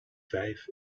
vijf